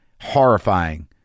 horrifying